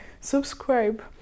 subscribe